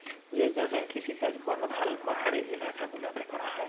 যে চাষের কিসিকাজ পরধাল পাহাড়ি ইলাকা গুলাতে ক্যরা হ্যয়